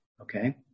Okay